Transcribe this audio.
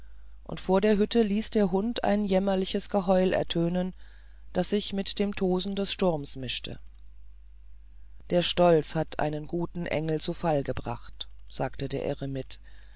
und vor der hütte ließ der hund ein jämmerliches geheul ertönen das sich mit dem tosen des sturms mischte der stolz hat einen guten engel zu fall gebracht sagte der eremit